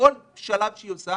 בכל שלב ושלב שהיא עושה,